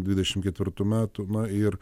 dvidešimt ketvirtų metų na ir